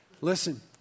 Listen